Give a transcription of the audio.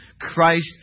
Christ